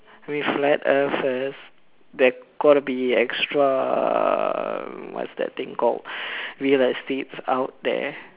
we flat earthers there gotta to be extra what's that thing called real estates out there